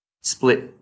split